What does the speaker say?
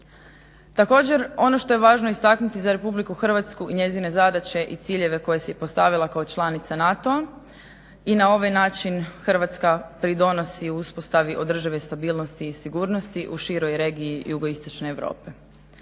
Također, ono što je važno istaknuti za RH i njezine zadaće i ciljeve koje si je postavila kao članica NATO-a i na ovaj način Hrvatska pridonosi uspostavi održive stabilnosti i sigurnosti u široj regiji jugoistočne Europe.